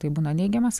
tai būna neigiamas